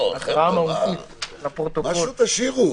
משהו תשאירו.